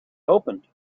opened